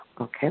Okay